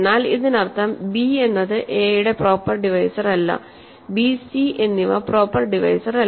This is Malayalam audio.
എന്നാൽ ഇതിനർത്ഥം b എന്നത് a യുടെ പ്രോപ്പർ ഡിവൈസർ അല്ല b c എന്നിവ പ്രോപ്പർ ഡിവൈസർ അല്ല